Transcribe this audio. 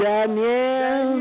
Daniel